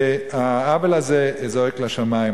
והעוול הזה זועק לשמים.